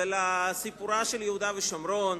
ולסיפור של יהודה ושומרון.